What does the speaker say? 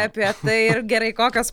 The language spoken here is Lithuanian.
apie tai ir gerai kokios